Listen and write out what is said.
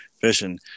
fishing